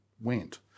went